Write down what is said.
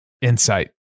insight